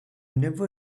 nouveau